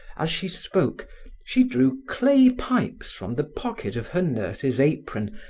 as she spoke she drew clay pipes from the pocket of her nurse's apron,